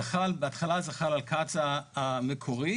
בהתחלה זה חל על קצא"א המקורית,